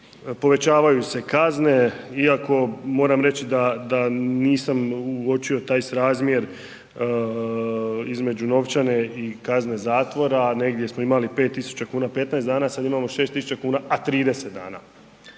povećavaju se kazne, iako moram reći da nisam uočio taj srazmjer između novčane i kazne zatvora. Negdje smo imali 5 tisuća kuna, 15 dana a sad imamo 6 tisuća kuna a 30 dana.